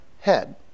head